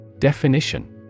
Definition